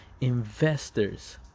investors